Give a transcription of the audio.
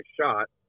shot